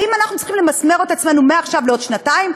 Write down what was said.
האם אנחנו צריכים למסמר את עצמנו מעכשיו לעוד שנתיים?